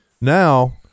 now